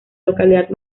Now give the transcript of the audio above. localidad